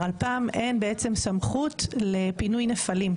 לרלפ"מ אין בעצם סמכות לפינוי נפלים.